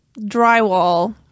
Drywall